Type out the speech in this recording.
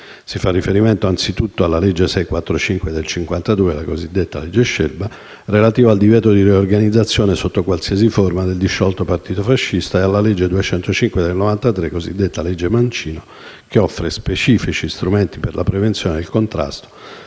Si fa riferimento, innanzitutto, alla legge n. 645 del 1952 (cosiddetta legge Scelba) relativa al divieto di riorganizzazione, sotto qualsiasi forma, del disciolto partito fascista ed alla legge n. 205 del 1993, (cosiddetta legge Mancino), che offre specifici strumenti per la prevenzione e il contrasto